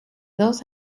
dos